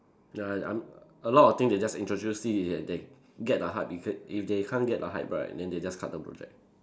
ya I I'm a lot of thing they just introduce it they they get the hype beca~ if they can't get the hype right then they just cut the project